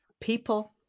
people